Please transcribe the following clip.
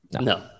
No